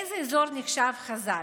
איזה אזור נחשב חזק?